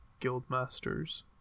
guildmasters